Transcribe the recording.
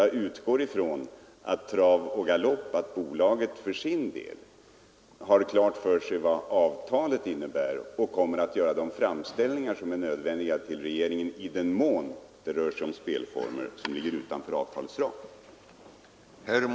Jag utgår dock ifrån att Aktiebolaget Trav och galopp har klart för sig vad avtalet innebär och kommer att göra de framställningar till regeringen som kan anses nödvändiga, i den mån det rör sig om spelformer som ligger utanför avtalets ram.